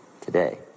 today